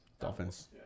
Dolphins